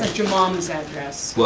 your mom's address.